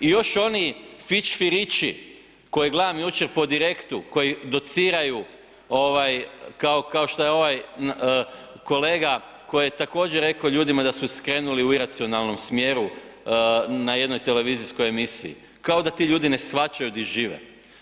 I još oni fićfirići koje gledam jučer po Direktu, koji dociraju kao što je ovaj kolega koji je također rekao ljudima da su skrenuli u iracionalnom smjeru na jednoj televizijskoj emisiji kao da ti ljudi ne shvaćaju gdje žive,